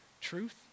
truth